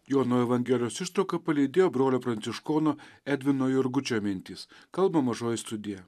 jono evangelijos ištrauka palydėjo brolio pranciškono edvino jurgučio mintys kalba mažoji studija